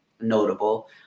notable